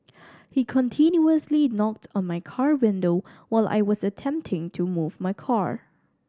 he continuously knocked on my car window while I was attempting to move my car